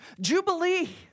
Jubilee